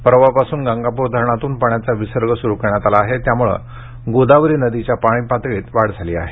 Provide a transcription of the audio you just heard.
परवा पासून गंगापूर धरणातून पाण्याचा विसर्ग सुरू करण्यात आला आहे त्यामुळे गोदावरी नदीच्या पातळीत वाढ झाली आहे